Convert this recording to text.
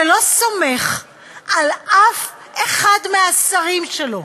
שלא סומך על אף אחד מהשרים שלו,